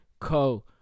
Co